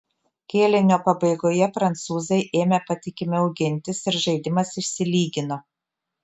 kėlinio pabaigoje prancūzai ėmė patikimiau gintis ir žaidimas išsilygino